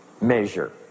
measure